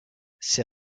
ces